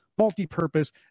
multi-purpose